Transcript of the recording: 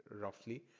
roughly